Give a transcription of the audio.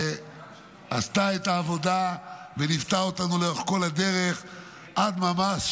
שעשתה את העבודה וליוותה אותנו לאורך כל הדרך עד ממש